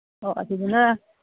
ꯑꯣ ꯑꯗꯨꯗꯨꯅ